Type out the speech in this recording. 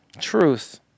truth